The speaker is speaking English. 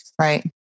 Right